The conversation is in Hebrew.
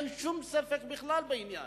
אין שום ספק בכלל בעניין.